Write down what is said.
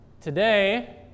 Today